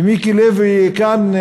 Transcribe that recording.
ומיקי לוי כאן,